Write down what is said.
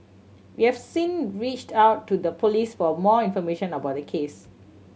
we have sin reached out to the Police for more information about the case